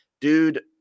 dude